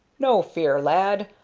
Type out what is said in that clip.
no fear, lad.